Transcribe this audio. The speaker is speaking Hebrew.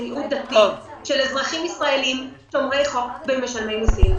מיעוט דתי של אזרחים ישראלים שומרי חוק ומשלמי מיסים.